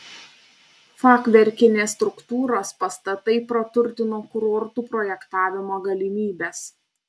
fachverkinės struktūros pastatai praturtino kurortų projektavimo galimybes